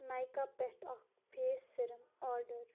نایکا پٮ۪ٹھ اکھ face serum order